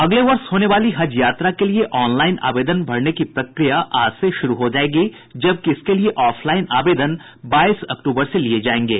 अगले वर्ष होने वाली हज यात्रा के लिए ऑनलाइन आवेदन भरने की प्रक्रिया आज से शुरू हो जाएगी जबकि इसके लिए ऑफ लाइन आवेदन बाईस अक्तूबर से लिये जाएंगे